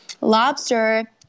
lobster